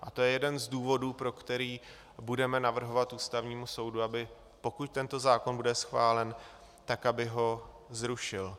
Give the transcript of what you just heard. A to je jeden z důvodů, pro který budeme navrhovat Ústavnímu soudu, aby pokud tento zákon bude schválen, tak aby ho zrušil.